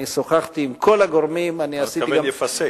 אני שוחחתי עם כל הגורמים, אתה מתכוון, ייפסק.